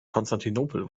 konstantinopel